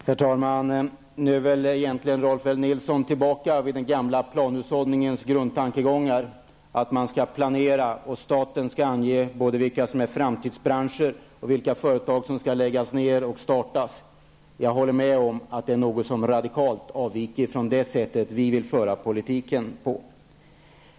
Herr talman! Nu är väl egentligen Rolf L Nilson tillbaka till den gamla planhushållningens grundtankegångar, att staten skall planera och ange både vad som är framtidsbranscher och vilka företag som skall läggas ned och vilka som skall startas. Jag håller med om att det radikalt avviker från det sätt vi vill föra politiken på.